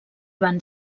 van